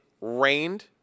rained